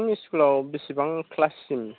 औ औ नोंथांमोननि स्कुलाव बेसेबां क्लाससिम